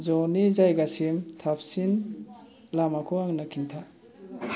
ज'नि जायगासिम थाबसिन लामाखौ आंनो खिन्था